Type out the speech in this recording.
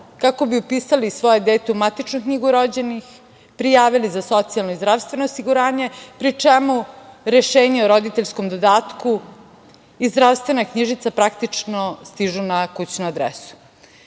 kako bi upisali svoje dete u matičnu knjigu rođenih, prijavili za socijalno i zdravstveno osiguranje, pri čemu rešenje o roditeljskom dodatku i zdravstvena knjižica praktično stižu na kućnu adresu. Takođe,